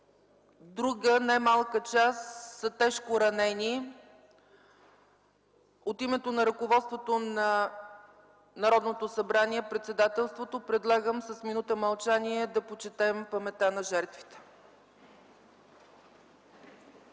друга не малка част са тежко ранени. От името на ръководството на Народното събрание и председателството предлагам с минута мълчание да почетем паметта на жертвите.